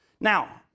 Now